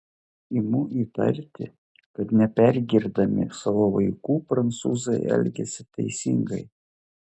imu įtarti kad nepergirdami savo vaikų prancūzai elgiasi teisingai